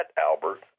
Albert